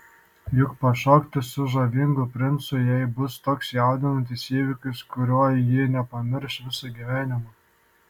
juk pašokti su žavingu princu jai bus toks jaudinantis įvykis kurio ji nepamirš visą gyvenimą